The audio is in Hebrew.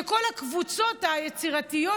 כשכל הקבוצות היצירתיות,